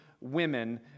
women